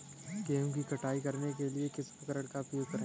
गेहूँ की कटाई करने के लिए किस उपकरण का उपयोग करें?